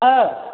औ